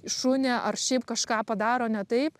šunį ar šiaip kažką padaro ne taip